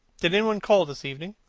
did any one call this evening?